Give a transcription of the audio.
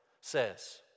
says